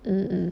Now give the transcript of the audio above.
mm mm